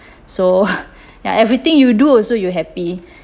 so ya everything you do also you happy